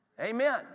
amen